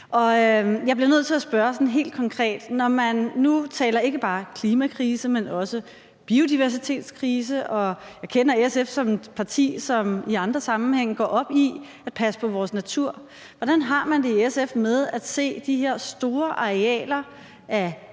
Jeg bliver nødt til at spørge sådan helt konkret: Når man nu taler om ikke bare klimakrise, men også biodiversitetskrise, og jeg kender SF som et parti, som i andre sammenhænge går op i at passe på vores natur, hvordan har man det så i SF med at se de her store arealer i landskabet